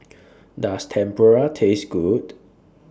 Does Tempura Taste Good